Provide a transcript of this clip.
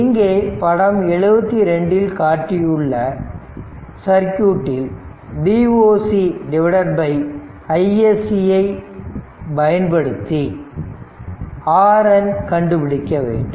இங்கே படம் 72 இல் காட்டியுள்ள சர்க்யூட்டில் Voc isc ஐ பயன்படுத்தி RN கண்டுபிடிக்க வேண்டும்